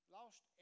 lost